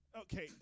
Okay